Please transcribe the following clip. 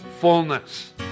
fullness